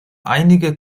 einige